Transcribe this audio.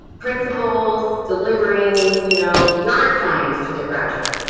principles, delivering you know yard signs to the graduates.